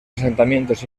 asentamientos